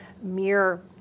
mirror